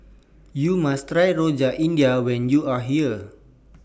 YOU must Try Rojak India when YOU Are here